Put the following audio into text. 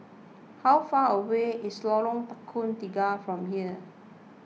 how far away is Lorong Tukang Tiga from here